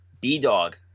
B-Dog